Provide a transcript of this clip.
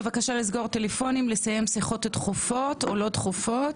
בבקשה לסגור טלפונים ולסיים שיחות דחופות או לא דחופות.